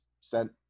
sent